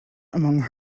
among